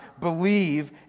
believe